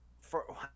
for-